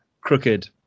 crooked